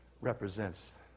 represents